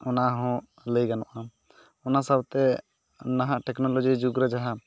ᱚᱱᱟ ᱦᱚᱸ ᱞᱟᱹᱭ ᱜᱟᱱᱚᱤᱜᱼᱟ ᱚᱱᱟ ᱥᱟᱶᱛᱮ ᱱᱟᱦᱟᱜ ᱴᱮᱠᱱᱳᱞᱳᱡᱤ ᱡᱩᱜᱽᱨᱮ ᱡᱟᱦᱟᱸ